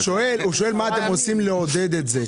הוא שואל מה אתם עושים כדי לעודד את זה?